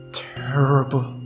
terrible